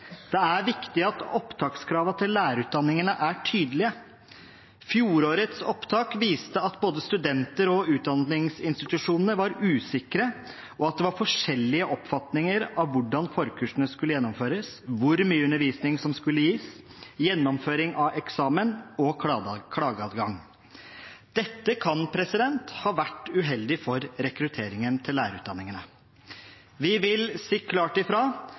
Det er viktig at opptakskravene til lærerutdanningene er tydelige. Fjorårets opptak viste at både studenter og utdanningsinstitusjonene var usikre, og at det var forskjellige oppfatninger av hvordan forkursene skulle gjennomføres, hvor mye undervisning som skulle gis, gjennomføring av eksamen og klageadgang. Dette kan ha vært uheldig for rekrutteringen til lærerutdanningene. Vi vil si klart ifra